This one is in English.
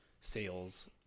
sales